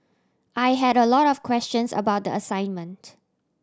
I had a lot of questions about the assignment